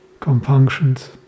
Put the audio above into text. compunctions